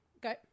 go